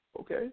Okay